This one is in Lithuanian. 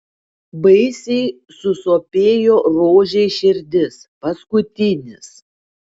baisiai susopėjo rožei širdis paskutinis